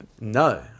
No